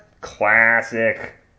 Classic